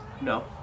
No